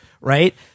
right